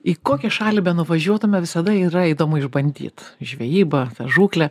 į kokią šalį benuvažiuotume visada yra įdomu išbandyt žvejyba žūkle